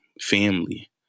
family